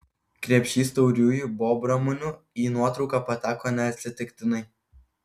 krepšys tauriųjų bobramunių į nuotrauką pateko neatsitiktinai